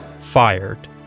Fired